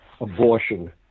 abortion